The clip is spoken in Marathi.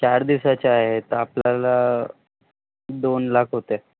चार दिवसाचे आहे तर आपल्याला दोन लाख होते